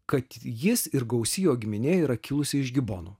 kad jis ir gausi jo giminė yra kilusi iš gibonų